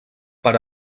per